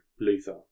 Luther